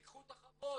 תיקחו את החוות,